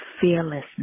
fearlessness